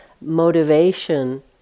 motivation